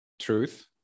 truth